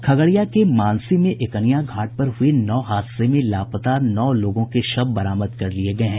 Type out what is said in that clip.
खगड़िया के मानसी में एकनिया घाट पर हुए नाव हादसे में लापता नौ लोगों के शव बरामद कर लिये गये हैं